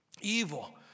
evil